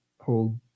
hold